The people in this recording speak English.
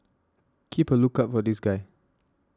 keep a lookout for this guy